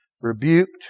rebuked